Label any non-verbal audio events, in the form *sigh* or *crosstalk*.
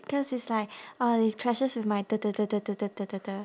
because it's like uh it clashes with my *noise*